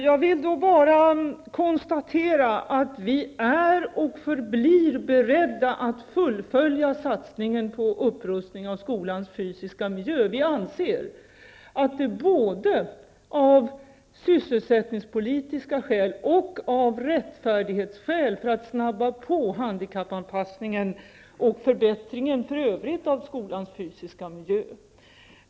Fru talman! Jag konstaterar att vi är och förblir beredda att fullfölja satsningen på upprustningen av skolans fysiska miljö. Vi anser att detta är nödvändigt både av sysselsättningspolitiska skäl och av rättfärdighetsskäl för att påskynda handikappanpassningen och förbättringen för övrigt av skolans fysiska miljö.